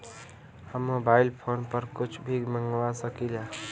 हम mobile phone पर कुछ भी मंगवा सकिला?